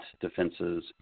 defenses